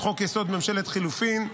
את חוק-יסוד: ממשלת חילופים,